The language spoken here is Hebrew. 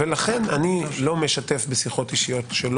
לכן איני משתף בשיחות אישיות.